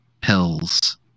pills